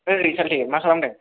आइ सालथे मा खालामदों